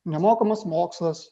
nemokamas mokslas